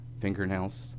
fingernails